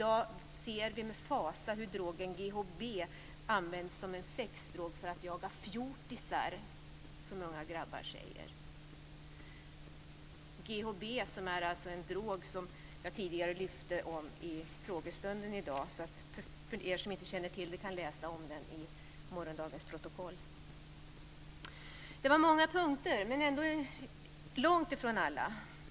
Vi ser i dag med fasa hur drogen GHB används som en sexdrog för jakt på "fjortisar", som unga grabbar säger. GHB är en drog som jag lyfte fram i frågestunden tidigare i dag. Ni som inte känner till den kan läsa om den i morgondagens protokoll. Detta var många punkter men ändå långt ifrån alla.